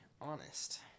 honest